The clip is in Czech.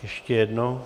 Ještě jednou.